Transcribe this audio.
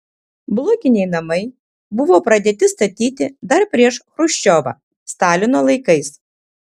blokiniai namai buvo pradėti statyti dar prieš chruščiovą stalino laikais